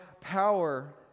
power